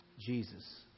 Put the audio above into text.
Jesus